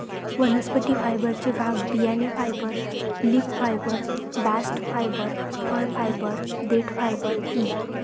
वनस्पती फायबरचे भाग बियाणे fibre, leaf fibre, bast fibre, फळ फायबर, देठ फायबर इ